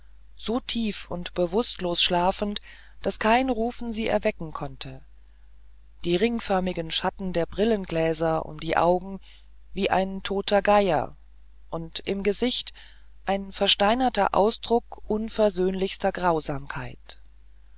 so tief und bewußtlos schlafend daß kein rufen sie erwecken konnte die ringförmigen schatten der brillengläser um die augen wie ein toter geier und im gesicht ein versteinerter ausdruck unversöhnlichster grausamkeit